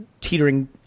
teetering